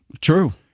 True